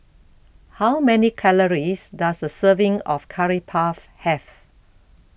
How Many Calories Does A Serving of Curry Puff Have